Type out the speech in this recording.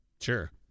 Sure